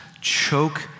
choke